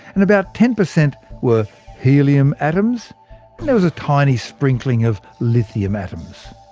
and about ten percent were helium atoms and there was a tiny sprinkling of lithium atoms.